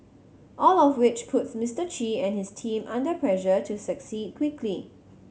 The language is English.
all of which puts Mister Chi and his team under pressure to succeed quickly